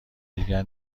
دیگر